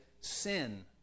sin